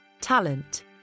talent